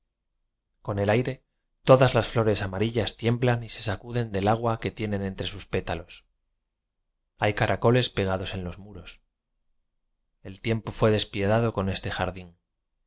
con el aire todas las flores amari llas tiemblan y se sacuden del agua que tienen entre sus pétalos hay caracoles pegados en los muros el tiempo fué des piadado con este jardín